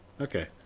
Okay